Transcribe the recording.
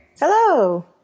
Hello